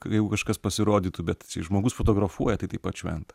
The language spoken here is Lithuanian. jeigu kažkas pasirodytų bet žmogus fotografuoja tai taip pat šventa